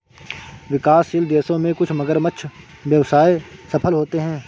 विकासशील देशों में कुछ मगरमच्छ व्यवसाय सफल होते हैं